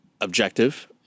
objective